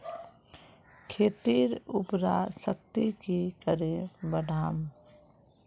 खेतीर उर्वरा शक्ति की करे बढ़ाम?